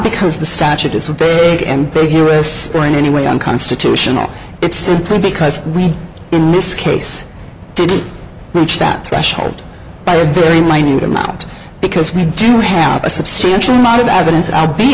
because the statute disobeyed and both here as or in any way unconstitutional it's simply because we in this case didn't match that threshold by a very minute amount because we do have a substantial amount of evidence